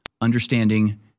understanding